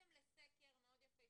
יצאתם לסקר מאוד יפה,